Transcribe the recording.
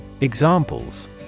Examples